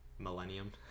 Millennium